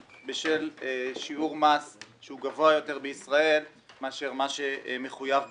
בשל שיעור מס שהוא גבוה יותר בישראל מאשר מה שמחויב בחו"ל.